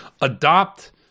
adopt –